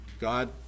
God